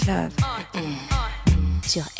Love